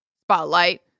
spotlight